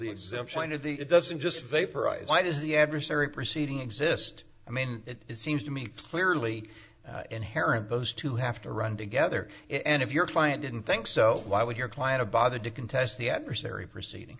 the exemption of the it doesn't just vaporize why does the adversary proceeding exist i mean it seems to me clearly inherent those two have to run together and if your client didn't think so why would your client a bother to contest the adversary proceeding